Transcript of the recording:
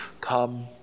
come